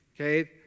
Okay